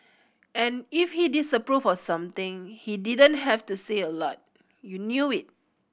and if he disapproved of something he didn't have to say a lot you knew it